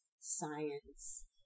science